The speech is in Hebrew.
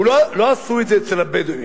לא עשו את זה אצל הבדואים.